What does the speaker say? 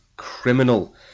criminal